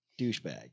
douchebag